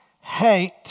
hate